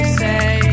say